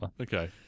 Okay